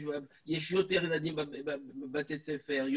יש יותר ילדים בבתי הספר,